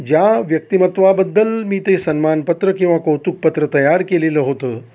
ज्या व्यक्तिमत्वाबद्दल मी ते सन्मानपत्र किंवा कौतुकपत्र तयार केलेलं होतं